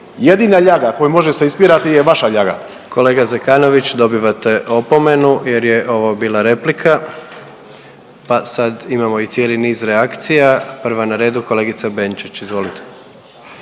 Jedina ljaga koju može se ispirati je vaša ljaga. **Jandroković, Gordan (HDZ)** Kolega Zekonović dobivate opomenu jer je ovo bila replika. Pa sad imamo i cijeli niz reakcija, prva na redu kolegica Benčić, izvolite.